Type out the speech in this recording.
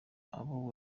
abo